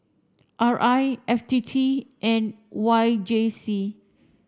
R I F T T and Y J C